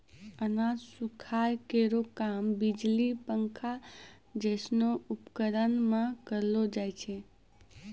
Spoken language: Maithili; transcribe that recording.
अनाज सुखाय केरो काम बिजली पंखा जैसनो उपकरण सें करलो जाय छै?